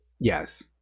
Yes